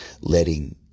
letting